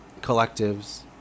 collectives